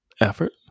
effort